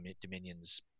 Dominion's